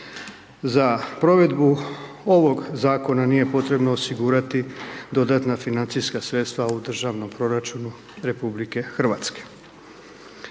Za provedbu ovog zakona nije potrebno osigurati dodatna financijska sredstva u državnom proračunu RH.